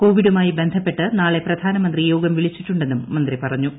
കോവിഡുമായി ബ്ലസ്പ്പെട്ട് നാളെ പ്രധാനമന്ത്രി യോഗം വിളിച്ചിട്ടുണ്ടെന്നുും മന്ത്രി പറഞ്ഞു